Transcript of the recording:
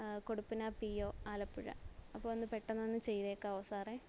കൊടുപ്പന P O Alappuzha അപ്പം ഒന്ന് പെട്ടെന്ന് വന്ന് ചെയ്തേക്കാമോ സാറെ